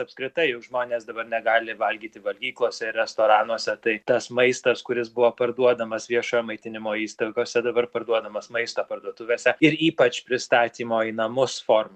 apskritai žmonės dabar negali valgyti valgyklose restoranuose tai tas maistas kuris buvo parduodamas viešojo maitinimo įstaigose dabar parduodamas maisto parduotuvėse ir ypač pristatymo į namus forma